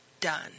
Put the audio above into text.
done